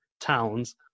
towns